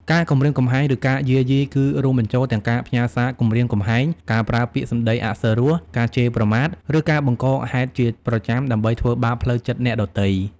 ការគំរាមកំហែង ឬការយាយីគឺ រួមបញ្ចូលទាំងការផ្ញើសារគំរាមកំហែង ការប្រើពាក្យសំដីអសុរោះ ការជេរប្រមាថ ឬការបង្កហេតុជាប្រចាំដើម្បីធ្វើបាបផ្លូវចិត្តអ្នកដទៃ។